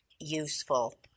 useful